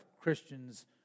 Christians